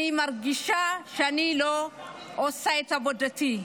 אני מרגישה שאני לא עושה את עבודתי.